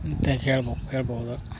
ಅಂತ ಹೇಳ್ಬೇಕ್ ಹೇಳ್ಬೌದು